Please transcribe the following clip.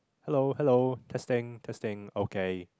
hello hello testing testing okay